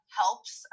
helps